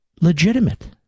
legitimate